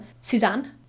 Suzanne